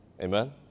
Amen